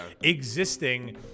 existing